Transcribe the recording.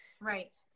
Right